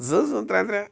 زٕ زٕ ترٚےٚ ترٚےٚ